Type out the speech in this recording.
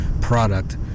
product